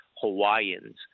Hawaiians